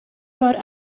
war